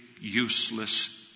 useless